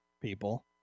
people